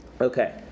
Okay